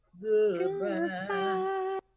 goodbye